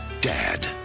Dad